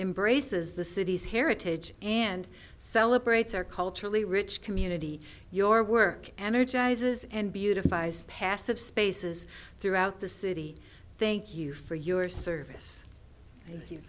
embraces the city's heritage and celebrates our culturally rich community your work energizes and beautifies passive spaces throughout the city thank you for your service